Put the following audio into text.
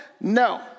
no